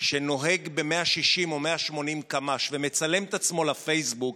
שנוהג ב-160 או ב-180 קמ"ש ומצלם את עצמו לפייסבוק,